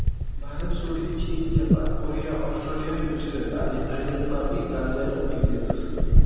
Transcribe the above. भारतसोडीन चीन, जपान, कोरिया, ऑस्ट्रेलिया, न्यूझीलंड आणि थायलंडमाबी गांजानं पीक लेतस